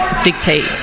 Dictate